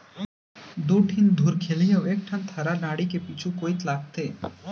दू ठिन धुरखिली अउ एक ठन थरा डांड़ी के पीछू कोइत लागथे